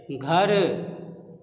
घर